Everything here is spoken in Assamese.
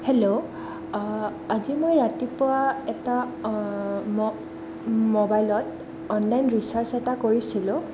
হেল্ল' আজি মই ৰাতিপুৱা এটা মোবাইলত অনলাইন ৰিচাৰ্জ এটা কৰিছিলোঁ